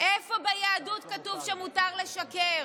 איפה ביהדות כתוב שמותר לשקר?